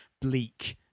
bleak